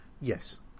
Yes